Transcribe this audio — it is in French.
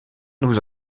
nous